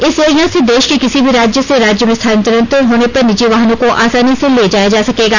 इस योजना से देश के किसी भी राज्य से राज्य में स्थानांतरण होने पर निजी वाहनों को आसानी से ले जाया जा सकेगा